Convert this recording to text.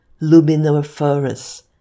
luminiferous